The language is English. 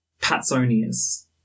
Patsonius